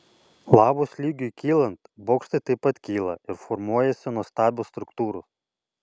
lavos lygiui kylant bokštai taip pat kyla ir formuojasi nuostabios struktūros